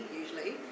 usually